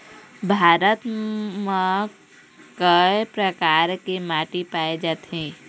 भारत म कय प्रकार के माटी पाए जाथे?